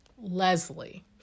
Leslie